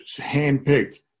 handpicked